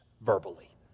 verbally